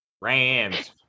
Rams